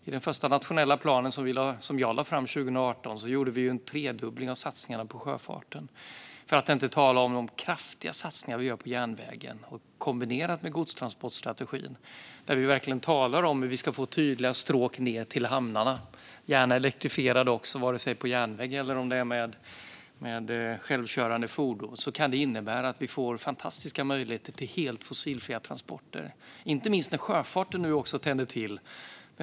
I den första nationella planen, som jag lade fram 2018, gjorde vi en tredubbling av satsningarna på sjöfarten - för att inte tala om de kraftiga satsningar vi gör på järnvägen, kombinerat med godstransportstrategin, där vi verkligen talar om hur vi ska få tydliga stråk ned till hamnarna, gärna elektrifierade också, antingen det är med järnväg eller med självkörande fordon. Det kan innebära fantastiska möjligheter till helt fossilfria transporter. Nu tänder också sjöfarten till.